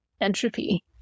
entropy